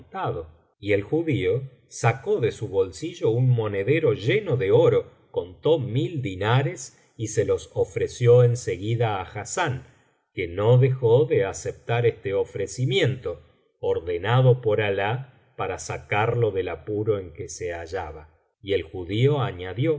y el judío sacó de su bolsillo un monedero lleno de oro contó mil dinares y se los ofreció en seguida á hassán que no dejó de aceptar este ofrecimiento ordenado por alah para sacarlo del apuro en que se hallaba y el judío añadió